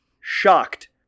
shocked